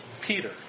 Peter